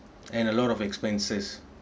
and a lot of expenses